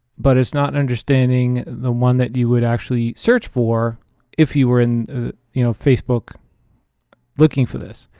but it's not understanding the one that you would actually search for if you were in you know facebook looking for this.